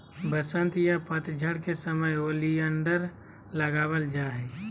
वसंत या पतझड़ के समय ओलियंडर लगावल जा हय